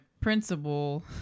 principal